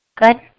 Good